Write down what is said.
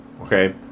okay